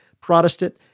Protestant